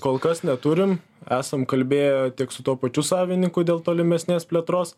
kol kas neturim esam kalbėję tiek su tuo pačiu savininku dėl tolimesnės plėtros